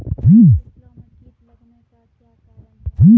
फसलो मे कीट लगने का क्या कारण है?